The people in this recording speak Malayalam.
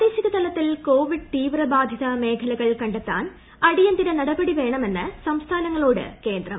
പ്രാദേശിക തലത്തിൽ കോവിഡ് തീവ്രബ്ബാധിത മേഖലകൾ കണ്ടെത്താൻ അടിയന്തിര നടപടി വ്യേണ്മെന്ന് സംസ്ഥാനങ്ങളോട് കേന്ദ്രം